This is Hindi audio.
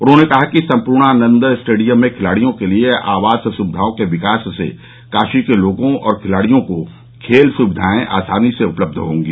उन्होंने कहा कि सम्पूर्णानंद स्टेडियम में खिलाड़ियों के लिए आवास सुविधाओं के विकास से काशी के लोगों और खिलाड़ियों को खेल सुविधाएं आसानी से उपलब्ध होंगी